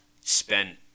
spent